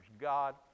God